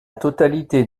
totalité